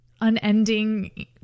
unending